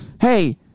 Hey